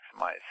maximize